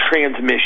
transmission